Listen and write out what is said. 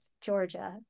georgia